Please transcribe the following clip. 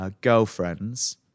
girlfriends